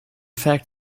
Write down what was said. fact